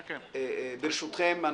ברשותכם,